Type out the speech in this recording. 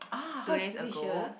two days ago